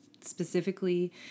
specifically